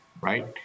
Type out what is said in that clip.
right